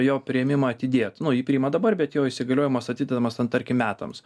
jo priėmimą atidėt nu jį priima dabar bet jo įsigaliojimas atidedamas ten tarkim metams